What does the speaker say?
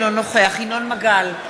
אינו נוכח ינון מגל,